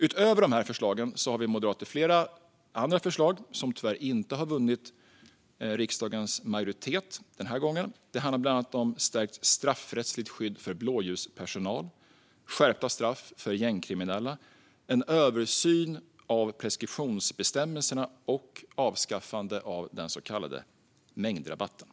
Utöver dessa förslag har vi moderater flera andra förslag som tyvärr inte har vunnit majoritet i utskottet denna gång. Det handlar bland annat om stärkt straffrättsligt skydd för blåljuspersonal, skärpta straff för gängkriminella, en översyn av preskriptionsbestämmelserna och avskaffande av den så kallade mängdrabatten.